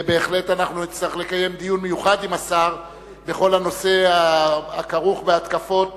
בהחלט אנחנו נצטרך לקיים דיון מיוחד עם השר בכל הנושא הכרוך בהתקפות